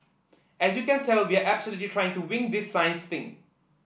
as you can tell we are absolutely trying to wing this science thing